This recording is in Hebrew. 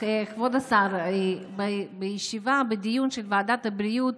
כבוד השר, בדיון של ועדת הבריאות,